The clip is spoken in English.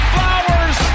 Flowers